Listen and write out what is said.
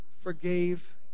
forgave